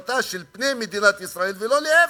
לטובת פני מדינת ישראל, ולא להפך.